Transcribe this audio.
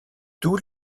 tous